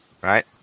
right